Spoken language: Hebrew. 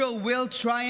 Israel will triumph.